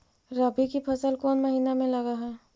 रबी की फसल कोन महिना में लग है?